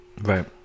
Right